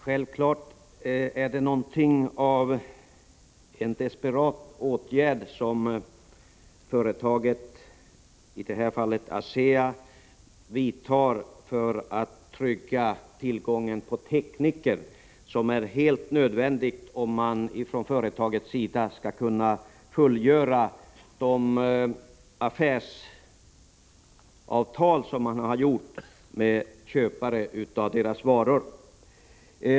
Självfallet är det någonting av en desperat åtgärd som i detta fall ASEA vidtar för att trygga tillgången på tekniker, något som är helt nödvändigt om företaget skall kunna fullgöra de affärsavtal som man har träffat med köpare av företagets varor.